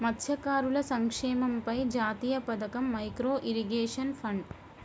మత్స్యకారుల సంక్షేమంపై జాతీయ పథకం, మైక్రో ఇరిగేషన్ ఫండ్